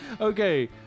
okay